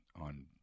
on